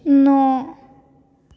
न'